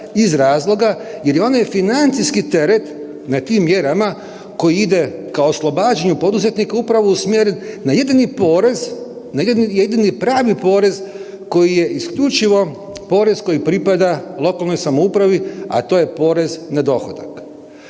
iz razloga jer onaj financijski teret na tim mjerama koji ide kao oslobađaju poduzetnika upravo usmjerit na jedini porez, na jedini pravi porez koji je isključivo porez koji pripada lokalnoj samoupravi, a to je porez na dohodak.